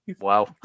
Wow